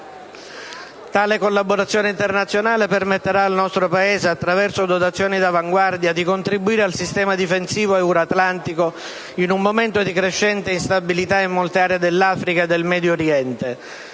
Tale collaborazione internazionale permetterà al nostro Paese, attraverso dotazioni d'avanguardia, di contribuire al sistema difensivo euroatlantico in un momento di crescente instabilità in molte aree dell'Africa e del Medio Oriente.